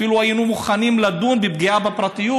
אפילו היינו מוכנים לדון בפגיעה בפרטיות